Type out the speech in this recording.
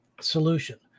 solution